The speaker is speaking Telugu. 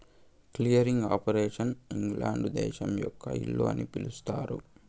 క్లియరింగ్ ఆపరేషన్ ఇంగ్లాండ్ దేశం యొక్క ఇల్లు అని చెబుతారు